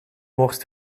worst